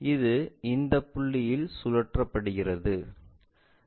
இது இந்த புள்ளியில் சுழற்றப்படுகிறது